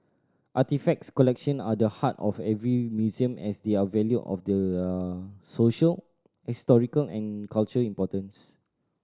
artefacts collection are the heart of every museum as they are valued for their social historical and cultural importance